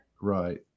Right